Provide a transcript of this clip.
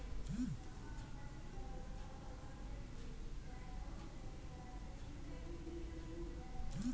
ವಿಶ್ವ ವ್ಯಾಪಾರ ಸಂಸ್ಥೆಯ ಕೇಂದ್ರ ಕಚೇರಿಯು ಜಿನಿಯಾ, ಸ್ವಿಟ್ಜರ್ಲ್ಯಾಂಡ್ನಲ್ಲಿದೆ